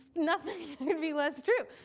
nothing could be less true.